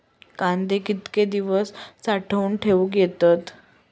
कांदे कितके दिवस साठऊन ठेवक येतत?